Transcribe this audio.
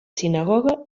sinagoga